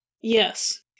Yes